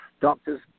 Doctors